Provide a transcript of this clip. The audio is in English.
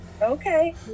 Okay